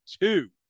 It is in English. two